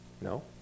No